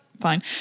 fine